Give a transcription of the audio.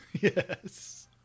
Yes